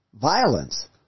violence